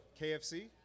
KFC